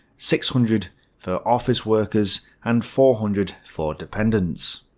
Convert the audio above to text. six hundred for office workers, and four hundred for dependants.